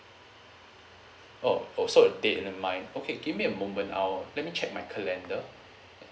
oh oh so a date in the mind okay give me a moment I'll let me check my calendar